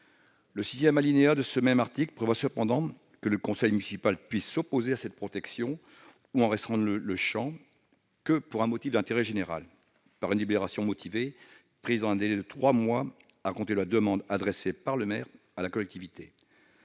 Le sixième alinéa de ce même article prévoit cependant que le conseil municipal puisse s'opposer à cette protection ou en restreindre le champ pour un motif d'intérêt général, par une délibération motivée prise dans un délai de trois mois à compter de la demande adressée par le maire à la collectivité.